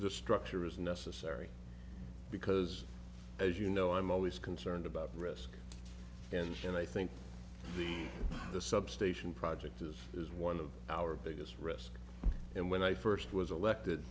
the structure is necessary because as you know i'm always concerned about risk and i think the the substation project is is one of our biggest risk and when i first was elected